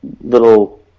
little